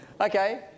Okay